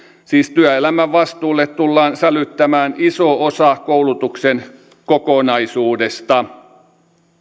siis työelämän vastuulle tullaan sälyttämään iso osa koulutuksen kokonaisuudesta